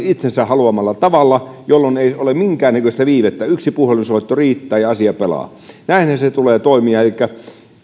itsensä haluamalla tavalla jolloin ei ole minkäännäköistä viivettä yksi puhelinsoitto riittää ja asia pelaa näinhän sen tulee toimia elikkä